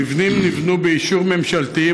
המבנים נבנו באישור ממשלתי,